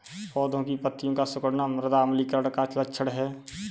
पौधों की पत्तियों का सिकुड़ना मृदा अम्लीकरण का लक्षण है